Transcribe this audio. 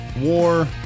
war